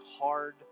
hard